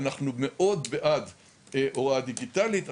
אנחנו מאוד בעד הוראה דיגיטלית,